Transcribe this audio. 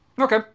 Okay